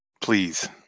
please